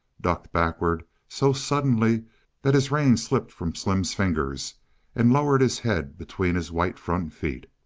ducked backward so suddenly that his reins slipped from slim's fingers and lowered his head between his white front feet.